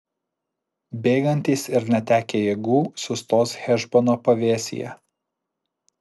bėgantys ir netekę jėgų sustos hešbono pavėsyje